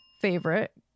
favorite